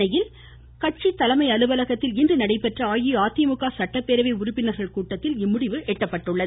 சென்னையில் கட்சி தலைமை அலுவலகத்தில் இன்று நடைபெற்ற அஇஅதிமுக சட்டப்பேரவை உறுப்பினர்கள் கூட்டத்தில் இம்முடிவு எட்டப்பட்டுள்ளது